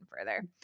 further